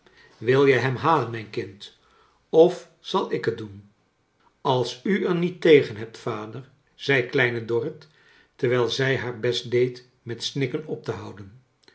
wil jij hem halen mijn kind of zal ik het doen als u er niet tegen hebt vader zei kleine dorrit terwijl zij haar best deed met snikken op te houden